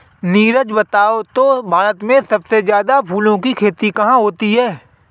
नीरज बताओ तो भारत में सबसे ज्यादा फूलों की खेती कहां होती है?